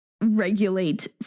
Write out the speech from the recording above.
regulate